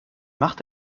macht